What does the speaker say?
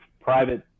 private